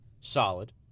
Solid